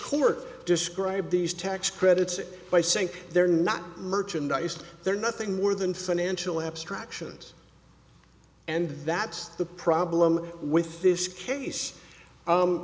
court described these tax credits by saying they're not merchandise they're nothing more than financial abstractions and that's the problem with this case